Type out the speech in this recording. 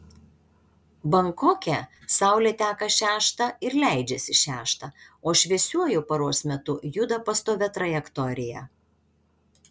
bankoke saulė teka šeštą ir leidžiasi šeštą o šviesiuoju paros metu juda pastovia trajektorija